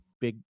big